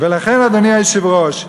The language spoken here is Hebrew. ולכן, אדוני היושב-ראש,